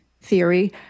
theory